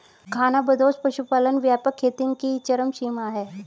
खानाबदोश पशुपालन व्यापक खेती की चरम सीमा है